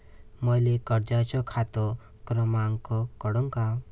मले कर्जाचा खात क्रमांक कळन का?